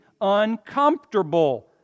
uncomfortable